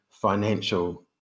financial